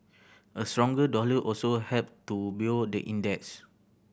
a stronger dollar also helped to buoy the index